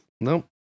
Nope